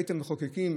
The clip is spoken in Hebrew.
בית המחוקקים,